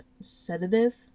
sedative